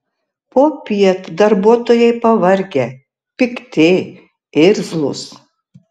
popiet darbuotojai pavargę pikti irzlūs